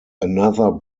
another